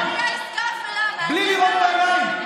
בלי לראות בעיניים.